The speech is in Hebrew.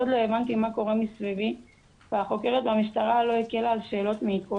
עוד לא הבנתי מה קורה מסביבי והחוקרת במשטרה לא הקלה על שאלות מעיקות,